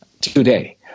today